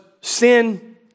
sin